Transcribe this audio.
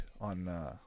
on